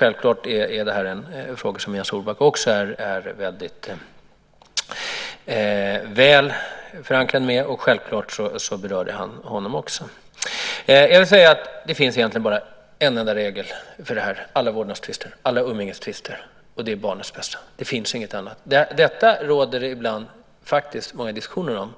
Självklart är detta frågor som Jens Orback är väldigt väl förankrad med, och självklart berör det också honom. Det finns egentligen bara en enda regel för alla vårdnadstvister och umgängestvister. Det är barnets bästa. Det finns inget annat. Detta råder det ibland många diskussioner om.